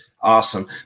awesome